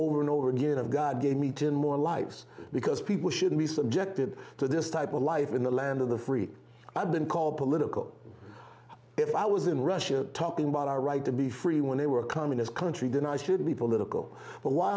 over and over again of god gave me ten more lives because people shouldn't be subjected to this type of life in the land of the free i've been called political if i was in russia talking about our right to be free when they were a communist country denies should be political but why